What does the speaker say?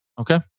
Okay